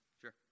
Sure